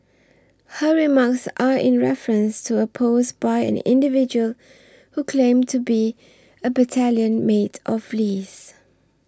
her remarks are in reference to a post by an individual who claimed to be a battalion mate of Lee's